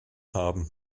haben